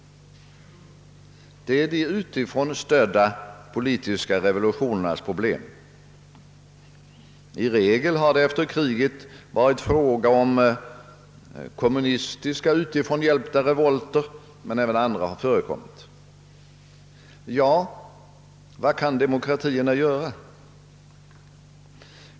Det är de utifrån stödda revolutionernas problem. I regel har det efter kriget varit fråga om kommunistiska utifrån hjälpta revolter, men även andra har förekommit. Ja, vad kan demokratierna göra?